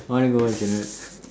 want to go watch or not